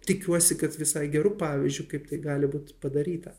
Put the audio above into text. tikiuosi kad visai geru pavyzdžiu kaip tai gali būt padaryta